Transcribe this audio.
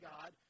God